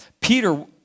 Peter